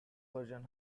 version